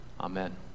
Amen